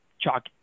chalk